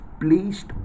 placed